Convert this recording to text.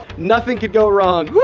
nothing could go wrong!